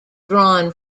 drawn